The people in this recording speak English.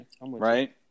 right